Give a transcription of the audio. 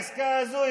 העסקה הזו,